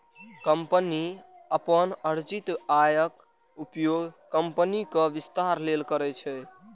company अपन अर्जित आयक उपयोग कंपनीक विस्तार लेल करै छै